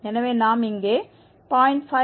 எனவே நாம் இங்கே 0